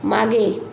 मागे